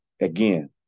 Again